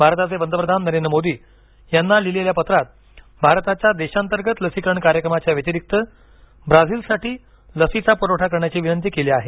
भारताचे पंतप्रधान नरेंद्र मोदी यांना लिहिलेल्या पत्रात भारताच्या देशांतर्गत लसीकरण कार्यक्रमांच्या व्यतिरिक्त ब्राझीलसाठी लसीचा पुरवठा करण्याची विनंती केली आहे